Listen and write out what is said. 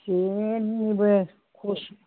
जेनिबो खस्थ'